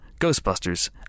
Ghostbusters